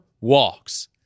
walks